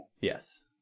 Yes